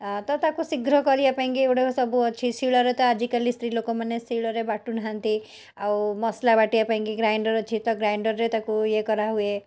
ତ ତାକୁ ଶୀଘ୍ର କରିବା ପାଇଁକି ଗୋଟେ ସବୁ ଅଛି ଶିଳରେ ତ ଆଜିକାଲି ସ୍ତ୍ରୀ ଲୋକମାନେ ଶିଳରେ ବାଟୁନାହାଁନ୍ତି ଆଉ ମସଲା ବାଟିବା ପାଇଁକି ଗ୍ରାଇଣ୍ଡର ଅଛି ତ ଗ୍ରାଇଣ୍ଡରରେ ତାକୁ ଇଏ କରାହୁଏ